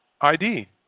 ID